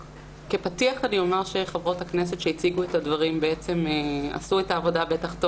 כפתיח אומר שחברות הכנסת שהציגו את הדברים עשו את העבודה טוב ממני,